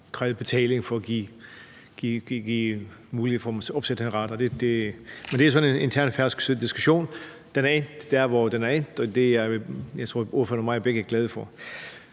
har krævet betaling for at give mulighed for at opsætte en radar. Det er sådan en intern færøsk diskussion. Den er endt der, hvor den er endt, og det tror jeg at ordføreren og jeg begge er glade for.